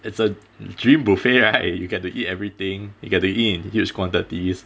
it's a dream buffet right you get to eat everything you get to eat in huge quantities